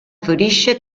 fiorisce